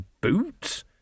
boots